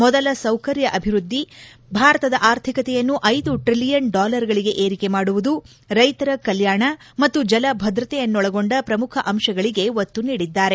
ಮೂಲ ಸೌಕರ್ಯ ಅಭಿವ್ದದಿ ಭಾರತದ ಆರ್ಥಿಕತೆಯನ್ನು ಐದು ಟ್ರಿಲಿಯನ್ ಡಾಲರ್ಗಳಿಗೆ ಏರಿಕೆ ಮಾಡುವುದು ರೈತರ ಕಲ್ನಾಣ ಮತ್ತು ಜಲ ಭದ್ರತೆಯನ್ನೊಳಗೊಂಡ ಪ್ರಮುಖ ಅಂತಗಳಗೆ ಒತ್ತು ನೀಡಿದ್ದಾರೆ